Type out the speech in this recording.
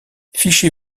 fichez